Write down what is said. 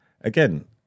Again